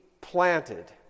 planted